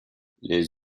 leurs